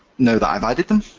now that i've added them,